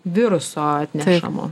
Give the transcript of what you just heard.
viruso atnešamo